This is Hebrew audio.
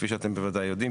כפי שאתם בוודאי יודעים,